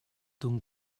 ton